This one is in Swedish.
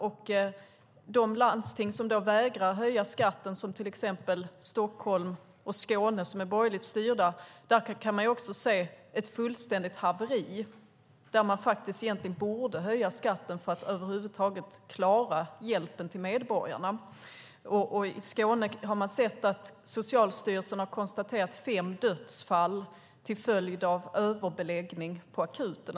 I de landsting som vägrar höja skatten, till exempel Stockholm och Skåne, som är borgerligt styrda, kan man också se ett fullständigt haveri, där man borde höja skatten för att över huvud taget klara hjälpen till medborgarna. I Skåne har man sett att Socialstyrelsen har konstaterat fem dödsfall till följd av överbeläggning på akuten.